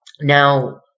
now